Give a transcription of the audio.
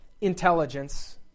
intelligence